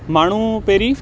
माण्हू पहिरीं